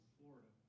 Florida